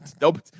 nope